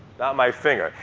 not my finger.